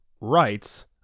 rights